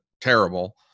terrible